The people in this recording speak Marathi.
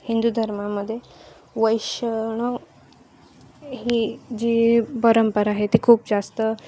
हिंदू धर्मामध्ये वैष्णव ही जी परंपरा आहे ती खूप जास्त